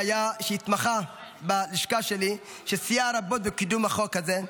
שהתמחה בלשכה שלי וסייע רבות בקידום החוק הזה.